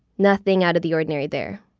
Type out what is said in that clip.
nothing out of the ordinary there.